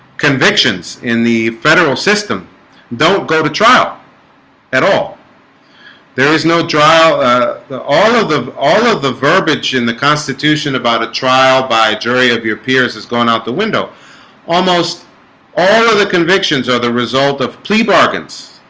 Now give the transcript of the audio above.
convictions in the federal system don't go to trial at all there is no trial ah all of the all of the verbage in the constitution about a trial by a jury of your peers has gone out the window almost all of the convictions are the result of plea bargains